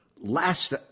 last